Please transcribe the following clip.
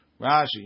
Rashi